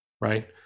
Right